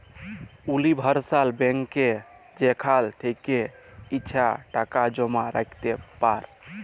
universal ব্যাংকে যেখাল থ্যাকে ইছা টাকা জমা রাইখতে পার